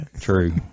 True